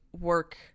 work